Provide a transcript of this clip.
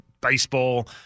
baseball